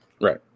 Right